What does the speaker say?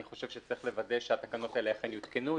אני חושב שצריך לוודא שהתקנות האלה אכן יותקנו,